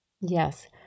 Yes